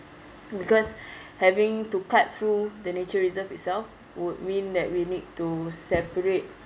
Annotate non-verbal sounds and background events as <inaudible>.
because <breath> having to cut through the nature reserve itself would mean that we need to separate